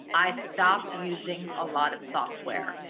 i stopped using a lot of software.